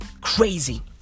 crazy